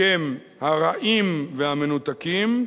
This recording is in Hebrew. בשם הרעים והמנותקים,